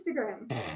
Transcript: Instagram